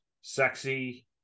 sexy